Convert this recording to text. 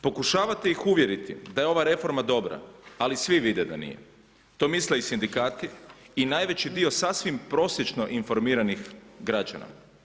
Pokušavate ih uvjeriti da je ova reforma dobra ali svi vide da nije, to misle i sindikati i najveći dio sasvim prosječno informiranih građana.